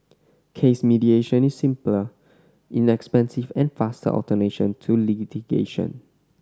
case mediation is simpler inexpensive and faster to litigation